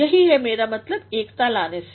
यही है मेरा मतलब एकता लाने से